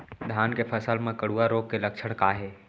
धान के फसल मा कटुआ रोग के लक्षण का हे?